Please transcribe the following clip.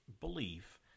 belief